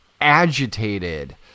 agitated